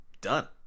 done